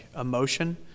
emotion